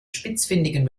spitzfindigen